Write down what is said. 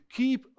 keep